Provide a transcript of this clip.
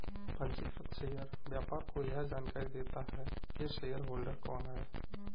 पंजीकृत शेयर व्यापार को यह जानकरी देता है की शेयरहोल्डर कौन है